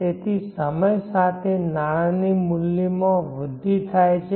તેથી સમય સાથે નાણાંના મૂલ્યમાં વૃદ્ધિ થાય છે